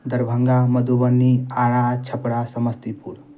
Darbhanga Madhubani Arrah Chhapra Samastipur